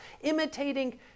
imitating